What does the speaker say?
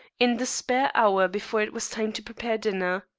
in the spare hour before it was time to prepare dinner.